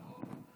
ברור.